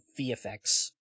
VFX